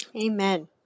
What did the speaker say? Amen